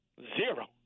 Zero